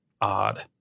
odd